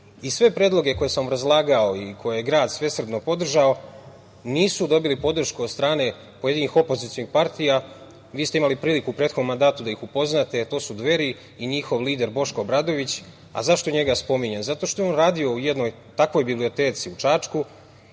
Sve predloge koje sam obrazlagao i koje je grad svesrdno podržao nisu dobili podršku od strane pojedinih opozicionih partija, vi ste imali priliku u prethodnom mandatu da ih upoznate, to su Dveri i njihov lider Boško Obradović. Zašto njega spominjem? Zato što je on radio u jednoj takvoj biblioteci u Čačku